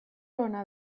ona